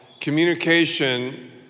communication